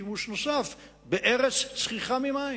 שימוש נוסף בארץ צחיחה ממים.